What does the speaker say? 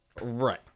Right